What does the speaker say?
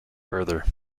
further